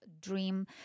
dream